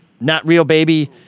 not-real-baby